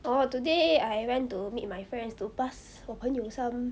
orh today I went to meet my friends to pass 我朋友 some